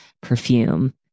perfume